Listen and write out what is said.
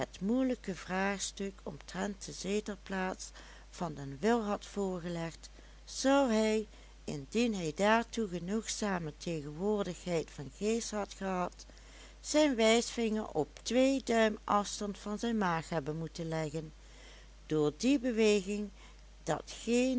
moeilijke vraagstuk omtrent de zetelplaats van den wil had voorgelegd zou hij indien hij daartoe genoegzame tegenwoordigheid van geest had gehad zijn wijsvinger op twee duim afstand van zijn maag hebben moeten leggen door die beweging